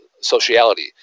sociality